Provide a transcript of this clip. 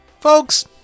folks